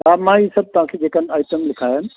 हा मा इहे सभु तव्हांखे जेका आइटम लिखाया आहिनि